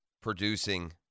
producing